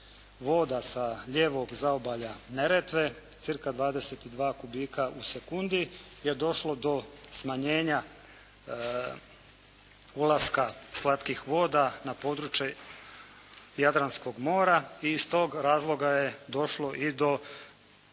voda sa lijevog zaobalja Neretve cca. 22 kubika u sekundi, je došlo do smanjenja ulaska slatkih voda na područje Jadranskog mora i iz tog razloga je došlo i do prodiranja